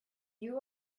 you